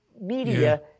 media